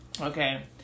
Okay